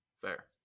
Fair